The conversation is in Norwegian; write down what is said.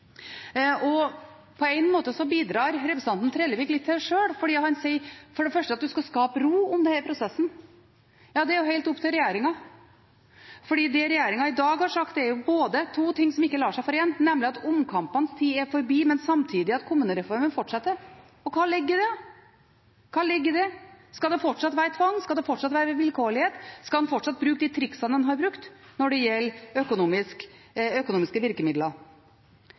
prosessen. På en måte bidrar representanten Trellevik litt til det sjøl, for han sier for det første at man skal skape ro om denne prosessen. Ja, det er helt opp til regjeringen, fordi det regjeringen i dag har sagt, er to ting som ikke lar seg forene, nemlig at omkampenes tid er forbi, men samtidig at kommunereformen fortsetter. Og hva ligger i det? Skal det fortsatt være tvang? Skal det fortsatt være vilkårlighet? Skal en fortsatt bruke de triksene en har brukt når det gjelder økonomiske virkemidler?